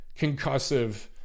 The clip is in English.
concussive